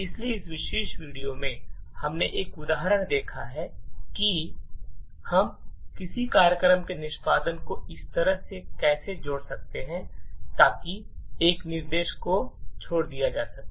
इसलिए इस विशेष वीडियो में हमने एक उदाहरण देखा है कि हम किसी कार्यक्रम के निष्पादन को इस तरह से कैसे जोड़ सकते हैं ताकि एक निर्देश को छोड़ दिया जा सके